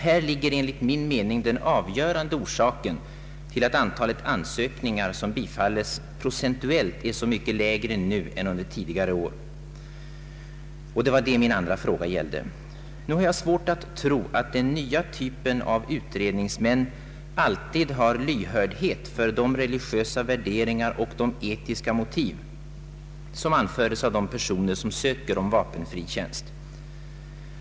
Här ligger enligt min mening den avgörande orsaken till att antalet ansökningar som bifalles procentuellt är så mycket lägre nu än under tidigare år. Det var det min andra fråga gällde. Nu har jag svårt att tro att den nya typen av utredningsmän alltid visar lyhördhet för de religiösa värderingar och de etiska motiv som anföres av personer som söker vapenfri tjänst.